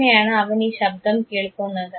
എങ്ങനെയാണ് അവൻ ഈ ശബ്ദം കേൾക്കുന്നത്